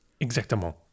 Exactement